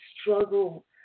struggle